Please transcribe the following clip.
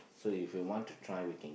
so if you want to try we can